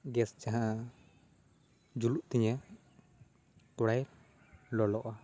gas ᱡᱟᱦᱟᱸ ᱡᱩᱞᱩᱜ ᱛᱤᱧᱟᱹ ᱠᱚᱲᱟᱭ ᱞᱚᱞᱚᱜᱼᱟ